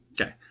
Okay